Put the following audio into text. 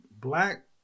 black